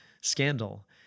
scandal